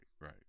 Right